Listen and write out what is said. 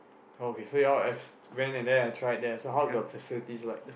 oh okay so you all have went and then have tried there so what's the facilities like